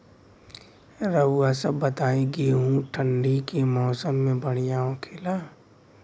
रउआ सभ बताई गेहूँ ठंडी के मौसम में बढ़ियां होखेला?